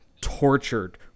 tortured